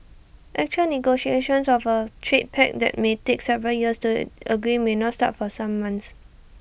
actual negotiations of A trade pact that may take several years to agree may not start for some months